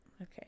Okay